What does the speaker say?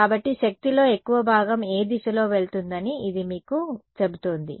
కాబట్టి శక్తిలో ఎక్కువ భాగం ఏ దిశలో వెళుతుందని ఇది మీకు చెబుతోంది